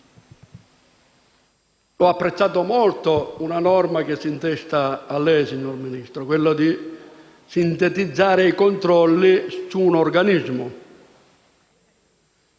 Ho apprezzato molto una norma attribuita a lei, signor Ministro, volta a sintetizzare i controlli su un organismo.